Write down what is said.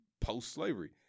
post-slavery